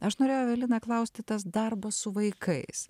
aš norėjau evelina klausti tas darbas su vaikais